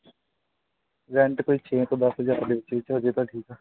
rent ਕੋਈ ਛੇ ਤੋਂ ਦਸ ਹਜ਼ਾਰ ਦੇ ਵਿੱਚ ਵਿੱਚ ਹੋੋਜੇ ਤਾਂ ਠੀਕ ਹੈ